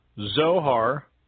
Zohar